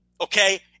okay